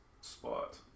spot